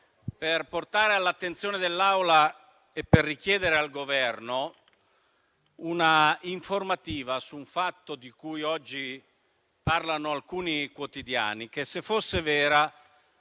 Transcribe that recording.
per portare all'attenzione dell'Assemblea e per richiedere al Governo un'informativa su un fatto di cui oggi parlano alcuni quotidiani, che, se fosse vero,